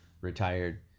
retired